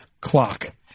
clock